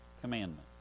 commandment